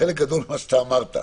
חלק גדול ממה שאתה אמרת,